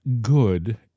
good